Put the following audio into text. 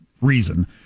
reason